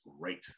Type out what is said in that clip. great